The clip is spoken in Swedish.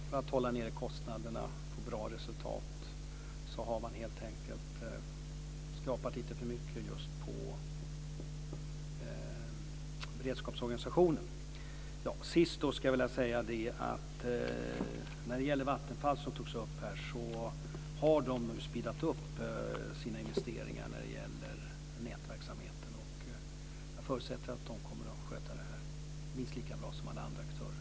För att hålla nere kostnaderna och få bra resultat har man helt enkelt skrapat lite för mycket på just beredskapsorganisationen. Sist skulle jag vilja säga om Vattenfall, som togs upp här, att de nu har speedat upp sina investeringar när det gäller nätverksamheten. Jag förutsätter att de kommer att sköta det här minst lika bra som alla andra aktörer.